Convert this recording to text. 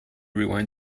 rewind